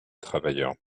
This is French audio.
travailleurs